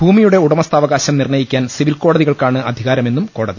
ഭൂമിയുടെ ഉടമസ്ഥാവകാശം നിർണയിക്കാൻ സിവിൽ കോടതി കൾക്കാണ് അധികാരമെന്നും കോടതി